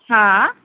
हा